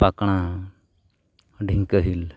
ᱯᱟᱸᱠᱲᱟ ᱰᱷᱤᱝᱠᱟᱹ ᱦᱤᱞ